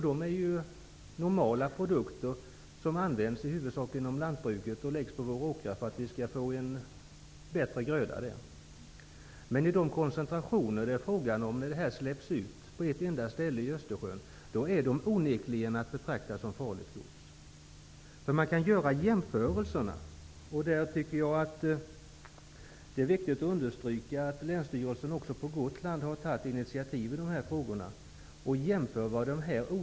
De är normala produkter som används i huvudsak inom lantbruket och läggs på våra åkrar för att vi skall få bättre grödor. Men i de koncentrationer det är fråga om när de släpps ut på ett enda ställe i Östersjön är de onekligen att betrakta som farligt gods. Det går att göra en jämförelse av vad olyckan faktiskt betyder för miljön i Östersjön. Där vill jag understryka att länsstyrelsen på Gotland har tagit ett initiativ.